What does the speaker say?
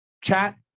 chat